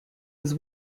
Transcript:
was